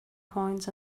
coins